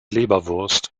leberwurst